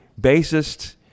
bassist